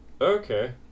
okay